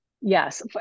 Yes